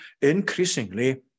increasingly